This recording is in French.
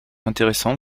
intéressante